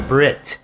Brit